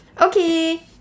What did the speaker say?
Okay